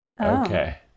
Okay